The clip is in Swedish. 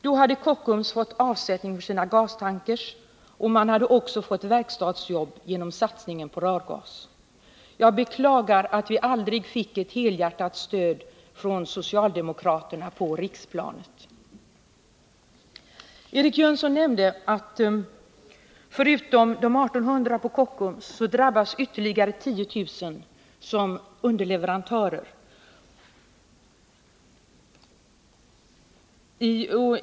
Då hade Kockums fått avsättning för sina gastankers, och man hade gått verkstadsjobb genom satsningen på rörgas. Jag beklagar att vi aldrig fick ett helhjärtat stöd på riksplanet från socialdemokraterna. Eric Jönsson nämnde att utom de 1800 på Kockums ytterligare 10 000 drabbas som underleverantörer.